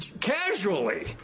casually